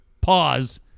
pause